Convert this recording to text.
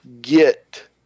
get